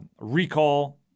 recall